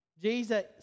Jesus